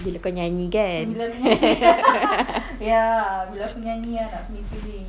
bila kau nyanyi kan